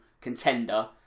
contender